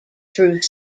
through